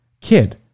kid